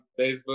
Facebook